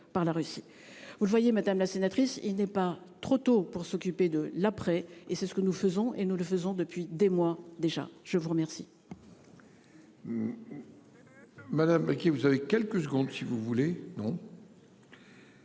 Vous le voyez, madame la sénatrice. Il n'est pas trop tôt pour s'occuper de l'après-et c'est ce que nous faisons et nous le faisons depuis des mois déjà. Je vous remercie.